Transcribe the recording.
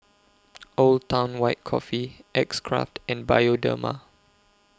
Old Town White Coffee X Craft and Bioderma